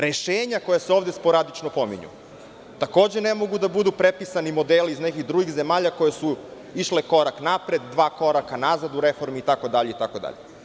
Rešenja koja su ovde sporadično pominju - takođe ne mogu da budu prepisani modeli iz nekih drugih zemalja koje su išle korak napred, dva koraka nazad u reformi itd, itd.